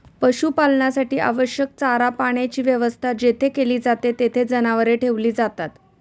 पशुपालनासाठी आवश्यक चारा पाण्याची व्यवस्था जेथे केली जाते, तेथे जनावरे ठेवली जातात